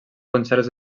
concerts